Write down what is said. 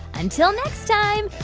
until next time,